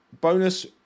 bonus